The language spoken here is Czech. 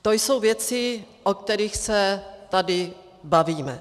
To jsou věci, o kterých se tady bavíme.